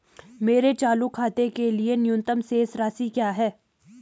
मेरे चालू खाते के लिए न्यूनतम शेष राशि क्या है?